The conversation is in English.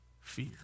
fear